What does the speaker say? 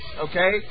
Okay